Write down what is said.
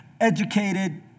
educated